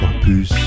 Campus